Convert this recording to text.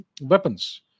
weapons